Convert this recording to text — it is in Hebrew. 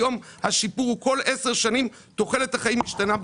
היום השיפור הוא כל 10 שנים תוחלת החיים משתנה בשנה.